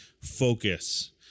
focus